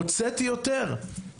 הוצאתי יותר".